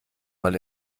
mal